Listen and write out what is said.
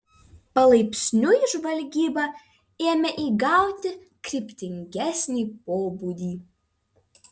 palaipsniui žvalgyba ėmė įgauti kryptingesnį pobūdį